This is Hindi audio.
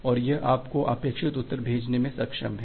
और यह आपको अपेक्षित उत्तर भेजने में सक्षम है